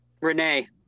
Renee